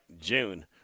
June